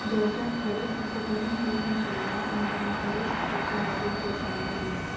जॉर्जाक खरेंच असो कोणूच मेळूक नाशिल्लो आनी ताणें खरेंच ताचे आवडीक प्रोत्साहन दिल्लें